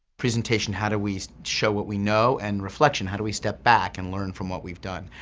presentation, how do we show what we know? and reflection, how do we step back and learn from what we've done.